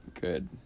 Good